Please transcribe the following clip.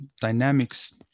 dynamics